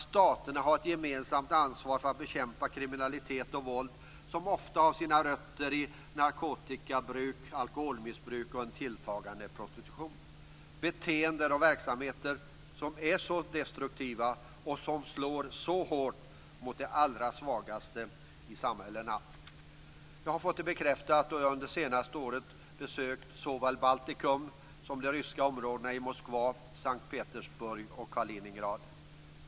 Staterna har att gemensamt ansvar för att bekämpa kriminalitet och våld som ofta har sina rötter i narkotikabruk, alkoholmissbruk och en tilltagande prostitution, beteenden och verksamheter som är så destruktiva och slår så hårt mot de allra svagaste i samhällena. Jag har fått det bekräftat då jag under det senaste året besökt såväl Baltikum som de ryska områdena i Moskva, S:t Petersburg och Kaliningrad.